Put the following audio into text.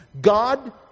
God